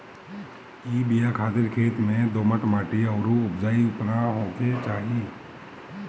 इ बिया खातिर खेत में दोमट माटी अउरी उपजाऊपना होखे के चाही